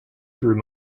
through